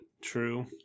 True